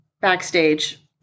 backstage